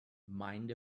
mind